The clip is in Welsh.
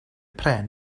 pren